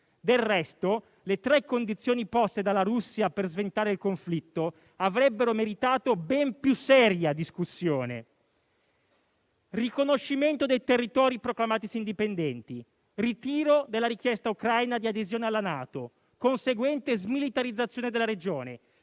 Del resto, le tre condizioni poste dalla Russia per sventare il conflitto avrebbero meritato ben più seria discussione: riconoscimento dei territori proclamatisi indipendenti, ritiro della richiesta ucraina di adesione alla NATO, conseguente smilitarizzazione della regione.